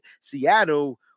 Seattle